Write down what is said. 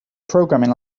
programming